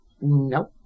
nope